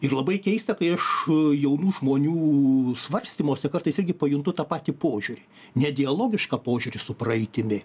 ir labai keista kai aš jaunų žmonių svarstymuose kartais irgi pajuntu tą patį požiūrį ne dialogišką požiūrį su praeitimi